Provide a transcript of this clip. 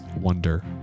wonder